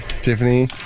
Tiffany